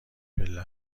پله